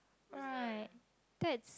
right that's